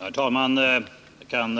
Herr talman! Jag kan